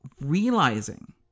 realizing